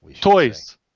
Toys